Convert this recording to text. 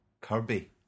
Kirby